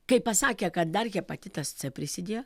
kai pasakė kad dar hepatitas c prisidėjo